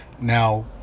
Now